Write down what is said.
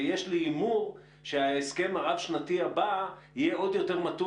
ויש לי הימור שההסכם הרב-שנתי הבא יהיה עוד יותר מתון